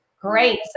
Great